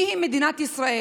מה היא מדינת ישראל?